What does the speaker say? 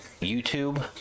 YouTube